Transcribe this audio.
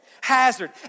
Hazard